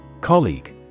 Colleague